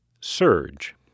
Surge